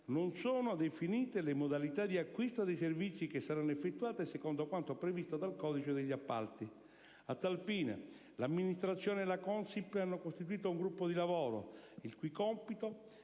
non sono definite le modalità di acquisto dei servizi che saranno effettuate secondo quanto previsto dal codice degli appalti. A tal fine l'amministrazione e la Consip hanno costituito un gruppo di lavoro, il cui compito